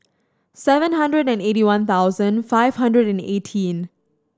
seven hundred and eighty one thousand five hundred and eighteen